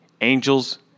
Angels